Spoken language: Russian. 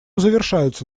завершаются